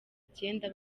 icyenda